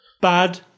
Bad